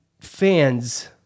fans